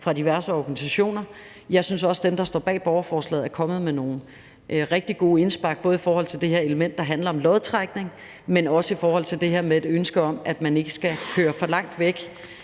fra de diverse organisationer. Jeg synes også, at dem, der står bag borgerforslaget, er kommet med nogle rigtig gode indspark, både i forhold til det her element, der handler om lodtrækning, men også i forhold til det her ønske om, at man ikke skal køre langt væk